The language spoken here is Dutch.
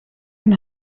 een